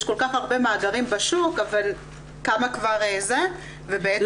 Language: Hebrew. יש כל כך הרבה מאגרים בשוק אבל כמה כבר זה --- אני